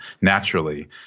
naturally